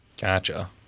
Gotcha